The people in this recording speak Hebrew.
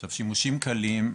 עכשיו שימושים "קלים",